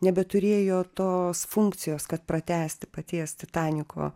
nebeturėjo tos funkcijos kad pratęsti paties titaniko